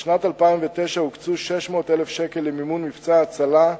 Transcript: בשנת 2009 הוקצו 600,000 שקל למימון מבצע הצלה,